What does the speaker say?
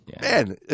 Man